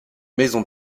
maison